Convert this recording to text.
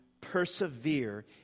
persevere